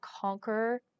conquer